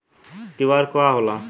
QR का होला?